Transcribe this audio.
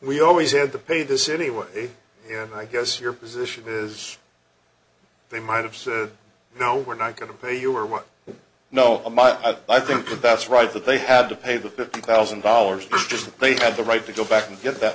we always had to pay this anyway and i guess your position is they might have said no we're not going to pay you or what you know i think that's right that they had to pay the fifty thousand dollars just that they had the right to go back and get that